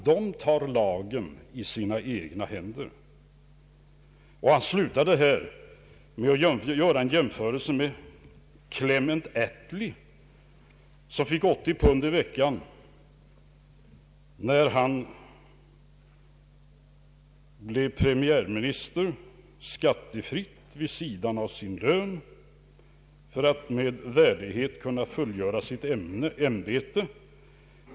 De tar lagen i egna händer.” Han slutar sin artikel med att berätta att när Clement Attlee blev primiärminister fick denne 380 pund i veckan skattefritt vid sidan av sin lön för att med ”värdighet och stil” kunna fullgöra sitt ämbete.